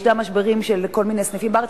יש משברים של כל מיני סניפים בארץ,